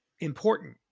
important